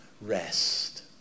rest